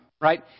Right